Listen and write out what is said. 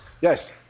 yes